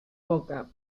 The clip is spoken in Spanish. boca